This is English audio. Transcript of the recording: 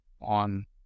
on